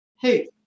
Hey